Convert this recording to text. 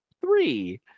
three